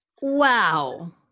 wow